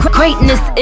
greatness